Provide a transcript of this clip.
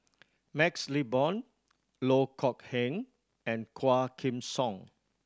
MaxLe Blond Loh Kok Heng and Quah Kim Song